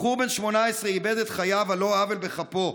בחור בן 18 איבד את חייו על לא עוול בכפו.